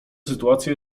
sytuacja